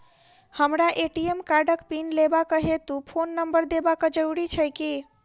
हमरा ए.टी.एम कार्डक पिन लेबाक हेतु फोन नम्बर देबाक जरूरी छै की?